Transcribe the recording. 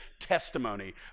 testimony